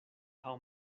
how